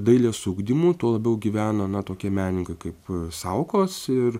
dailės ugdymu tuo labiau gyvena na tokie menininkai kaip saukos ir